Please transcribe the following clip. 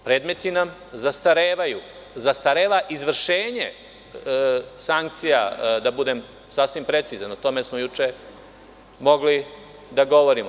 Predmeti nam zastarevaju, zastareva izvršenje sankcija, da budem sasvim precizan, o tome smo juče mogli da govorimo.